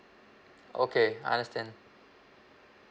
okay understand